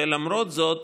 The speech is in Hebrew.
ולמרות זאת